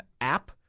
app